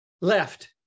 left